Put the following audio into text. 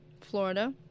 Florida